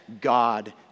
God